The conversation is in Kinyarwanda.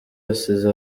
asize